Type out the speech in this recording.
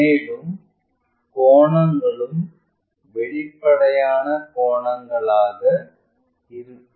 மேலும் கோணங்களும் வெளிப்படையான கோணங்களாக இருக்கும்